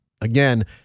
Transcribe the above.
again